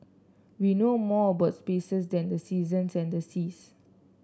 we know more about spaces than the seasons and the seas